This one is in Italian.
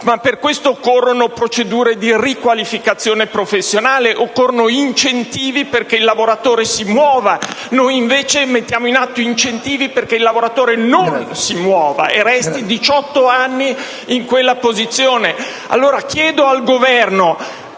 Per questo, occorrono procedure di riqualificazione professionale e incentivi perché il lavoratore si attivi; noi invece mettiamo in atto incentivi perché il lavoratore non si attivi e resti per 18 anni in attesa passiva. Allora chiedo al Governo: